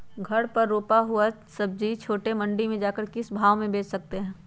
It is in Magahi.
घर पर रूपा हुआ सब्जी छोटे मंडी में जाकर हम किस भाव में भेज सकते हैं?